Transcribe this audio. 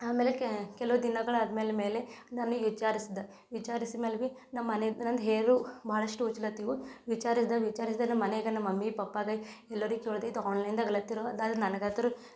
ಆಮೇಲಕ್ಕೆ ಕೆಲವ್ ದಿನಗಳು ಆದ ಮೇಲೆ ಮೇಲೆ ನಾನು ವಿಚಾರ್ಸ್ದೆ ವಿಚಾರ್ಸಿದ ಮೇಲೆ ಬಿ ನಮ್ಮ ಮನೆ ನಂದು ಹೇರು ಭಾಳಷ್ಟು ಉಚ್ಲತ್ತಿವು ವಿಚಾರಿಸ್ದೆ ವಿಚಾರಿಸಿದೆ ನಮ್ಮ ಮನೆಗೆ ನಮ್ಮ ಮಮ್ಮಿ ಪಪ್ಪಗೆ ಎಲ್ಲರಿಗೂ ಕೇಳ್ದೆ ಇದು ಆದ್ರೆ ನನಗಂತು